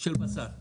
של בשר מחו"ל.